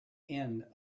end